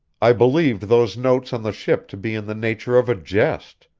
i believed those notes on the ship to be in the nature of a jest,